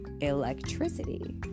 electricity